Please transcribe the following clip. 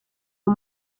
uwo